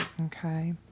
Okay